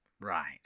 Right